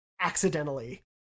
accidentally